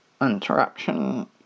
interruption